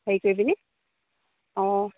হেৰি কৰি পিনি অঁ